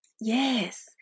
Yes